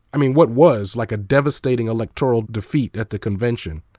i mean what was, like a devastating electoral defeat at the convention,